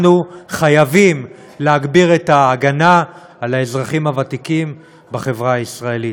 אנחנו חייבים להגביר את ההגנה על האזרחים הוותיקים בחברה הישראלית.